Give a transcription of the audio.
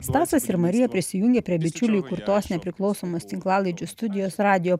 stasas ir marija prisijungė prie bičiulių įkurtos nepriklausomos tinklalaidžių studijos radijo